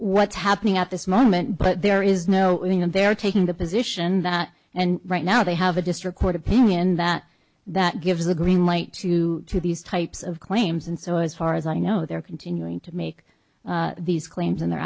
what's happening at this moment but there is no winning and they are taking the position that and right now they have a district court opinion that that gives a green light to to these types of claims and so as far as i know they're continuing to make these claims in their